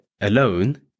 alone